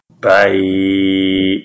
bye